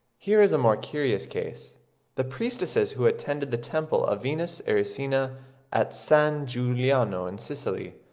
here is a more curious case the priestesses who attended the temple of venus erycina at san-giuliano in sicily,